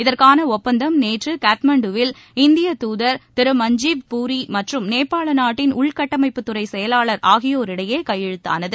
இதற்கான ஒப்பந்தம் நேற்று காட்மாண்டுவில் இந்திய தூதர் திரு மஞ்ஜீவ் பூரி மற்றும் நேபாள நாட்டின் உள்கட்டமைப்புத்துறை செயலாளர் ஆகியோரிடையே கையெழுத்தானது